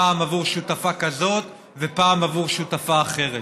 פעם עבור שותפה כזאת ופעם עבור שותפה אחרת.